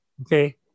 Okay